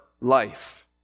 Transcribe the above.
life